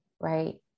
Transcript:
right